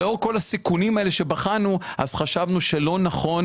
לאור כל הסיכונים שבחנו, חשבנו שלא נכון